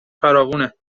فراوونه